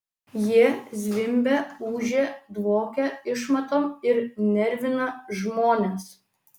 jie zvimbia ūžia dvokia išmatom ir nervina žmones